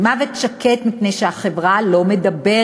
היא מוות שקט מפני שהחברה לא מדברת